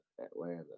Atlanta